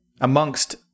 amongst